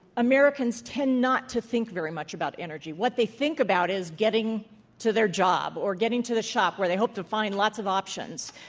americans tend not to think very much about energy. what they think about is getting to their job or getting to the shop where they hope to find lots of options,